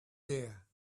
there